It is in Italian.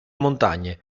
montagne